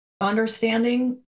understanding